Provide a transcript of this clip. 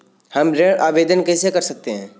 हम ऋण आवेदन कैसे कर सकते हैं?